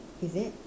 is it